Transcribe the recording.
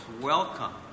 welcome